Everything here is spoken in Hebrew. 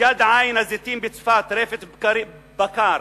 מסגד עין-זיתים בצפת, רפת בקר,